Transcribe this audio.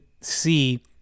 see